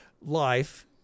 life